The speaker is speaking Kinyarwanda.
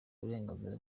uburenganzira